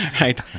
right